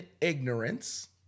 ignorance